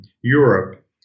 Europe